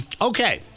Okay